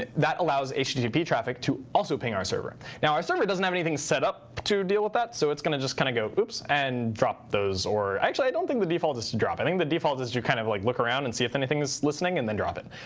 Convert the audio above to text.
that allows http traffic to also ping our server. now, our server doesn't have anything set up to deal with that. so it's going to just kind of go, oops, and drop those. or actually, i don't think the default is to drop. i think the default is you kind of like look around and see if anything's listening and then drop it.